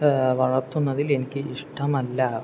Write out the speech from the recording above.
വളർത്തുന്നത് എനിക്കിഷ്ടമല്ല